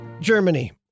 Germany